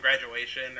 graduation